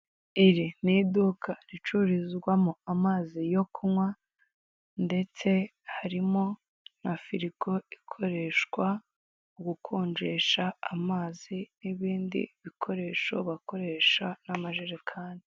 Iri ni iduka ricururizwamo amazi yo kunywa, ndetse harimo na firigo ikoreshwa mu gukonjesha amazi, n'ibindi bikoresho bakoresha, nk'amajerekani.